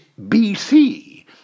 BC